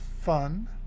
fun